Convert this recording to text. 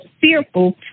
fearful